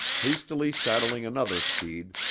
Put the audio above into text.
hastily saddling another steed,